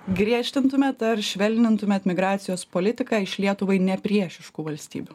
griežtintumėt ar švelnintumėt migracijos politiką iš lietuvai ne priešiškų valstybių